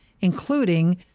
including